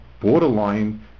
borderline